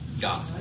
God